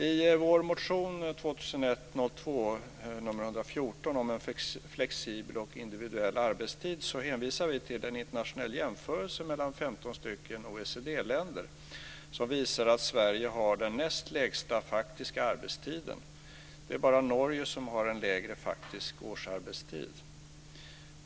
I vår motion om en flexibel och individuell arbetstid hänvisar vi till en internationell jämförelse mellan 15 OECD-länder som visar att Sverige har den näst lägsta faktiska arbetstiden. Det är bara Norge som har en lägre faktisk årsarbetstid.